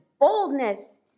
boldness